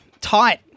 tight